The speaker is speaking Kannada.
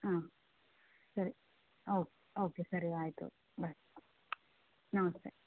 ಹಾಂ ಸರಿ ಓಕ್ ಓಕೆ ಸರಿ ಆಯಿತು ಬಾಯ್ ಹಾಂ ಸ